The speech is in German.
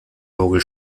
orgel